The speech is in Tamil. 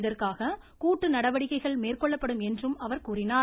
இதற்காக கூட்டு நடவடிக்கைகள் மேற்கொள்ளப்படும் என்றும் அவர் கூறினார்